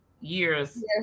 years